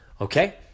okay